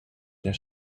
der